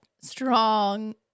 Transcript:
strong